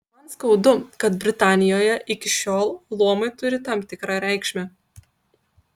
man skaudu kad britanijoje iki šiol luomai turi tam tikrą reikšmę